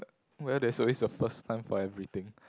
well there's always a first time for everything